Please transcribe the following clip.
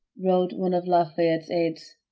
wrote one of lafayette's aides,